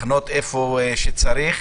לחנות איפה שצריך.